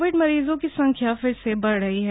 Covid मरीजों की संख्या फिर से बढ़ रही है